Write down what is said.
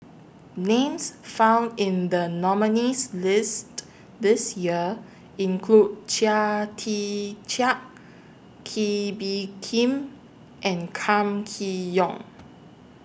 Names found in The nominees' list This Year include Chia Tee Chiak Kee Bee Khim and Kam Kee Yong